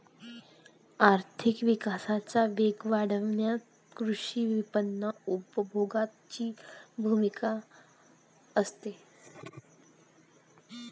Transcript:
आर्थिक विकासाचा वेग वाढवण्यात कृषी विपणन उपभोगाची भूमिका असते